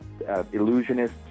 illusionists